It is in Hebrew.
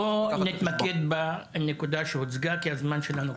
בוא נתמקד בנקודה שהוצגה כי הזמן שלנו קצר.